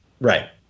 right